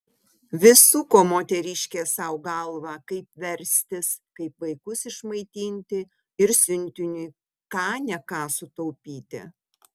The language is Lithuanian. vis suko moteriškė sau galvą kaip verstis kaip vaikus išmaitinti ir siuntiniui ką ne ką sutaupyti